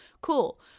cool